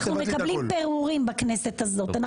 אנחנו מקבלים פירורים בכנסת הזאת,